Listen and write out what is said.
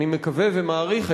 אני מקווה ומעריך,